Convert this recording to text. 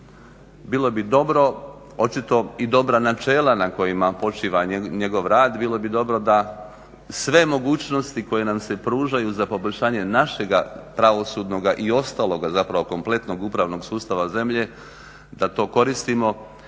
bilo bi dobro očito i dobra načela na kojima počiva njegov rad, bilo bi dobro da sve mogućnosti koje nam se pružaju za poboljšanje našega pravosudnoga i ostalog kompletnog upravnog sustava zemlje da to koristimo